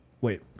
wait